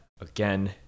again